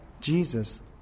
Jesus